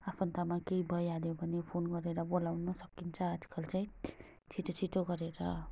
आफन्तमा केही भइहाल्यो भने फोन गरेर बोलाउन सकिन्छ आजकल चाहिँ छिट्टो छिट्टो गरेर